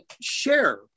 share